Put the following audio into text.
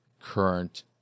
current